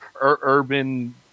urban